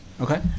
Okay